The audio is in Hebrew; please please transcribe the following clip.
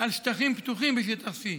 על שטחים פתוחים בשטח C,